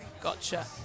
Gotcha